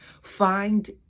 Find